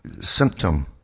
symptom